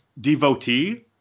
devotee